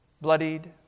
Bloodied